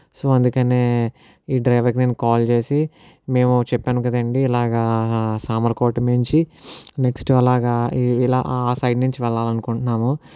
so అందుకనే ఈ driver నేను కాల్ చేసి మేము చెప్పాను కదండీ ఇలాగా సామర్లకోట నుంచి నెక్స్ట్ అలాగా ఇలా ఆ సైడ్ నుంచి వెళ్ళాలనుకుంటున్నాము